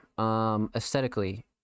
Aesthetically